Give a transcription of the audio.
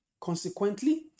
Consequently